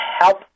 help